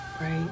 right